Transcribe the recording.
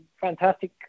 fantastic